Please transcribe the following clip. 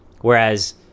whereas